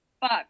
fuck